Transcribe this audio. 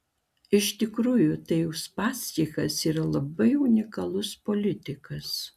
iš tikrųjų tai uspaskichas yra labai unikalus politikas